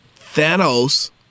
Thanos